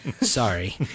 Sorry